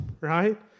right